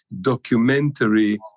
documentary